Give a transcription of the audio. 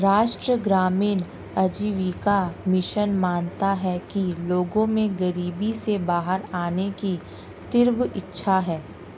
राष्ट्रीय ग्रामीण आजीविका मिशन मानता है कि लोगों में गरीबी से बाहर आने की तीव्र इच्छा है